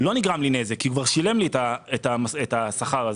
לא נגרם לו נזק כי הסטודנט כבר שילם לו את השכר הזה.